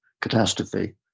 catastrophe